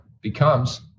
becomes